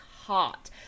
hot